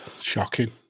Shocking